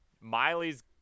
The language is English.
Miley's